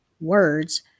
words